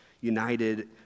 united